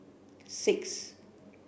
six